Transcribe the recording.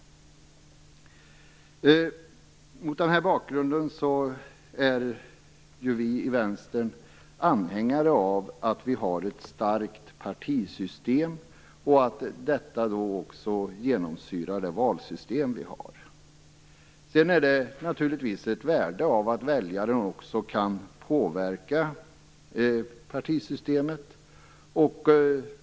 Mot denna bakgrund är vi i Vänstern anhängare av ett starkt partisystem och av att detta också skall genomsyra det valsystem vi har. Sedan finns det naturligtvis ett värde av att väljaren också kan påverka partisystemet.